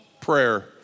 prayer